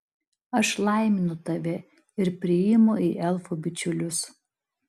aš laiminu tave ir priimu į elfų bičiulius